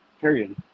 period